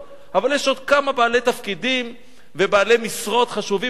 אבל יש עוד כמה בעלי תפקידים ובעלי משרות חשובים במדינה,